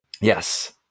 Yes